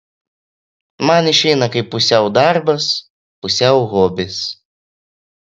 man išeina kaip pusiau darbas pusiau hobis